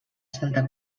santa